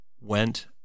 went